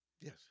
Yes